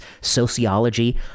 sociology